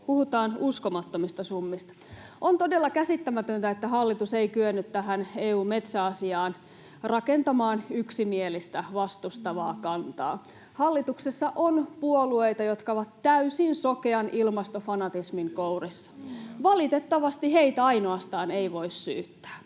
Puhutaan uskomattomista summista. On todella käsittämätöntä, että hallitus ei kyennyt tähän EU:n metsäasiaan rakentamaan yksimielistä vastustavaa kantaa. Hallituksessa on puolueita, jotka ovat täysin sokean ilmastofanatismin kourissa. Valitettavasti ainoastaan heitä ei voi syyttää.